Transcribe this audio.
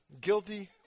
Guilty